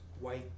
white